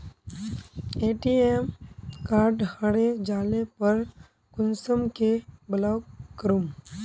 ATM card हरे जाले पर कुंसम के ब्लॉक करूम?